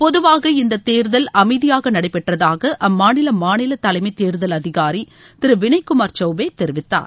பொதுவாக இந்த தேர்தல் அமைதியாக நடைபெற்றதாக அம்மாநில தலைமை தேர்தல் அதிகாரி திருவினய் குமார் சௌபே தெரிவித்தார்